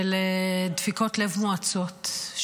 של דפיקות לב מואצות,